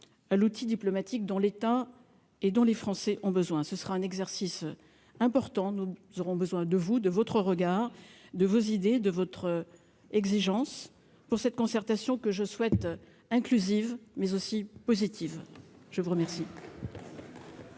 l'outil diplomatique dont l'État et les Français ont besoin. Il s'agira d'un exercice important. Nous aurons besoin de vous, de votre regard, de vos idées et de votre exigence pour réussir cette concertation que je souhaite inclusive et positive. La parole